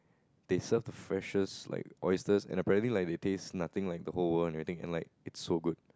they serve the freshest like oysters and apparently like they taste nothing like the whole world and everything and like it's so good